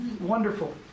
wonderful